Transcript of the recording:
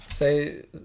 Say